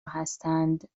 هستند